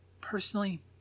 Personally